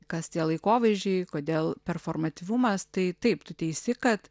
kas tie laikovaizdžiai kodėl performatyvumas tai taip tu teisi kad